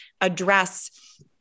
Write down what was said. address